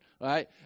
right